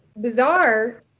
bizarre